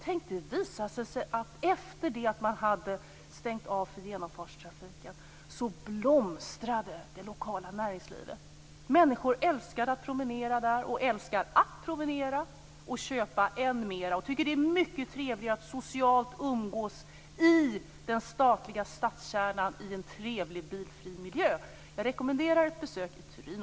Tänk, efter det att man hade stängt av för genomfartstrafiken började det lokala näringslivet blomstra. Människor älskar att promenera där och köpa än mer och tycker att det är mycket trevligt att socialt umgås i stadskärnan i en trevlig bilfri miljö. Jag rekommenderar ett besök i Turin.